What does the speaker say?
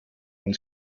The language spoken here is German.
man